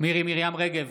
מירי מרים רגב,